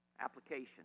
application